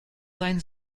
sein